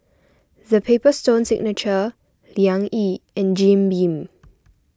the Paper Stone Signature Liang Yi and Jim Beam